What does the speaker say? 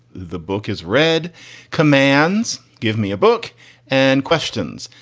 the book is read commands. give me a book and questions.